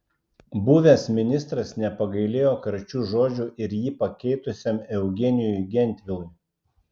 buvęs ministras nepagailėjo karčių žodžių ir jį pakeitusiam eugenijui gentvilui